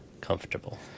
Comfortable